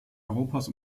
europas